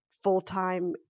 full-time